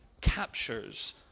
captures